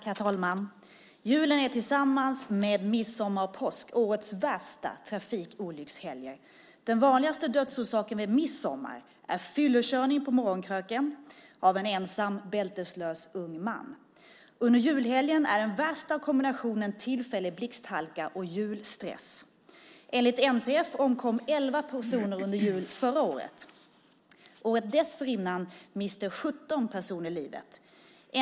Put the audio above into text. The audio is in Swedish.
Herr talman! Julen är, tillsammans med midsommar och påsk, årets värsta trafikolyckshelg. Den vanligaste dödsorsaken vid midsommar är fyllekörning på morgonkröken av en ensam bälteslös ung man. Under julhelgen är den värsta kombinationen tillfällig blixthalka och julstress. Enligt NTF omkom elva personer under julen förra året. Året dessförinnan miste 17 personer livet.